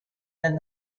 than